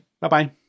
bye-bye